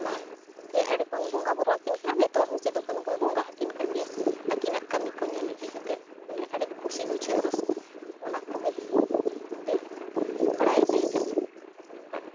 ᱚᱱᱟᱜᱮ ᱟᱹᱰᱤ ᱵᱚᱱ ᱵᱚᱸᱜᱟ ᱵᱩᱨᱩ ᱟᱠᱤᱱ ᱠᱟᱱᱟ ᱱᱤᱛᱳᱜ ᱦᱚᱸ ᱥᱤᱫᱩ ᱠᱟᱱᱩ ᱵᱚᱱ ᱵᱚᱸᱜᱟ ᱟᱹᱠᱤᱱ ᱠᱟᱱ ᱜᱮᱭᱟ ᱟᱹᱠᱤᱱᱟᱜ ᱠᱟᱹᱢᱤ ᱠᱚ ᱧᱮᱞ ᱤᱫᱤ ᱠᱟᱛᱮᱫ ᱢᱟᱱᱮ ᱟᱹᱰᱤ ᱠᱩᱥᱤ ᱵᱩᱡᱷᱟᱹᱜ ᱨᱟᱹᱥᱠᱟᱹ ᱚᱱᱟ ᱠᱚᱜᱮ ᱤᱧ ᱫᱩᱧ ᱵᱟᱰᱟᱭᱮᱫ ᱛᱟᱦᱮᱸ ᱠᱟᱱᱟ ᱟᱨᱤᱧ ᱵᱟᱰᱟᱭᱟ